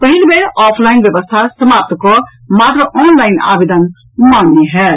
पहिल बेर ऑफलाइन व्यवस्था समाप्त कऽ मात्र ऑनलाइन आवेदन मान्य होयत